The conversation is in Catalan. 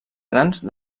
grans